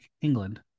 England